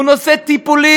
הוא נושא טיפולי,